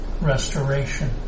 restoration